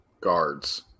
guards